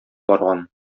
барган